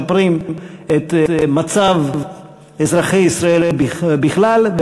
משפרים את מצב אזרחי ישראל בכלל,